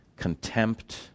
contempt